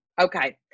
okay